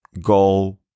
go